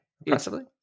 oppressively